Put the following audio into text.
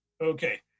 Okay